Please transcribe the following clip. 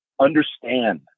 Understand